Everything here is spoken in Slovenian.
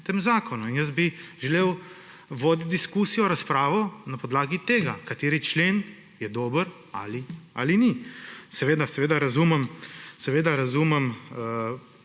tem zakonu in bi želel voditi diskusijo, razpravo na podlagi tega, kateri člen je dober ali ni. Seveda razumem